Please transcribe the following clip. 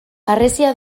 harresia